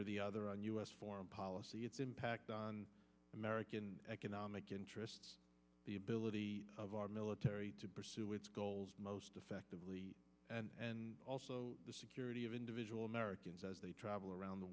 or the other on u s foreign policy its impact on american economic interests the ability of our military to pursue its goals most effectively and also the security of individual americans as they travel around the